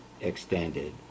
extended